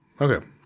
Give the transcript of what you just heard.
Okay